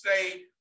say